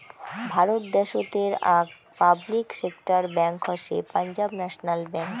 ভারত দ্যাশোতের আক public sector bank হসে পাঞ্জাব ন্যাশনাল ব্যাঙ্ক